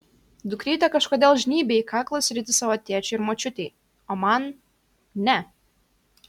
dukrytė kažkodėl žnybia į kaklo sritį savo tėčiui ir močiutei o man ne